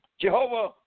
Jehovah